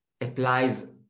applies